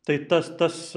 tai tas tas